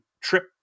trip